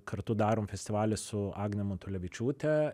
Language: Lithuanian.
kartu darom festivalį su agne matulevičiūte